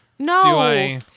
No